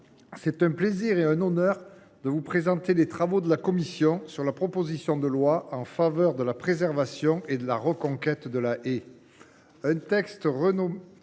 c’est un plaisir et un honneur de vous présenter les travaux de la commission des affaires économiques sur la proposition de loi en faveur de la préservation et de la reconquête de la haie.